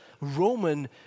Roman